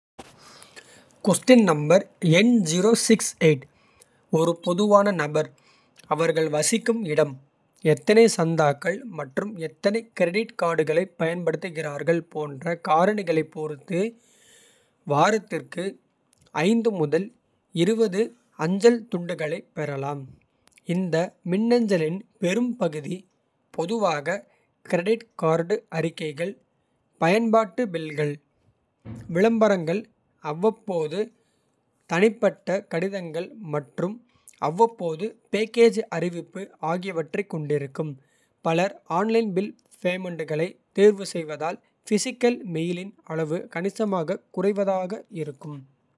ஒரு பொதுவான நபர் அவர்கள் வசிக்கும் இடம். எத்தனை சந்தாக்கள் மற்றும் எத்தனை கிரெடிட். கார்டுகளைப் பயன்படுத்துகிறார்கள் போன்ற காரணி. களைப் பொறுத்து வாரத்திற்கு முதல் அஞ்சல். துண்டுகளைப் பெறலாம் இந்த மின்னஞ்சலின். பெரும்பகுதி பொதுவாக கிரெடிட் கார்டு அறிக்கைகள். பயன்பாட்டு பில்கள் விளம்பரங்கள். அவ்வப்போது தனிப்பட்ட கடிதங்கள் மற்றும். அவ்வப்போது பேக்கேஜ் அறிவிப்பு ஆகியவற்றைக். கொண்டிருக்கும் பலர் ஆன்லைன் பில் பேமெண். ட்டுகளை தேர்வு செய்வதால் பிசிக்கல் மெயிலின். அளவு கணிசமாகக் குறைவாக இருக்கும்.